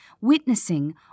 witnessing